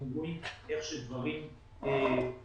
אנחנו רואים איך דברים מסוימים,